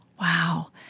Wow